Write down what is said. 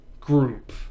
group